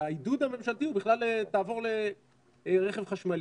העידוד הממשלתי הוא בכלל לעבור לרכב ממשלתי.